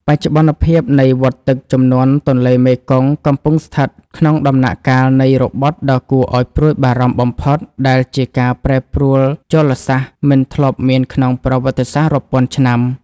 បច្ចុប្បន្នភាពនៃវដ្តទឹកជំនន់ទន្លេមេគង្គ កំពុងស្ថិតក្នុងដំណាក់កាលនៃរបត់ដ៏គួរឱ្យព្រួយបារម្ភបំផុត ដែលជាការប្រែប្រួលជលសាស្ត្រមិនធ្លាប់មានក្នុងប្រវត្តិសាស្ត្ររាប់ពាន់ឆ្នាំ។